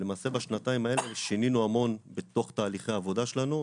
ולמעשה בשנתיים האלה שינינו המון בתוך תהליכי העבודה שלנו,